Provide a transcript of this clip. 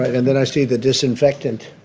and then i see the disinfectant,